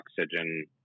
oxygen